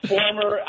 Former